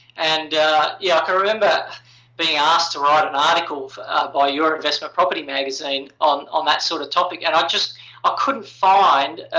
and yeah ah can remember being asked to write an article by your investment property magazine on on that sort of topic and i ah couldn't find